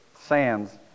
Sands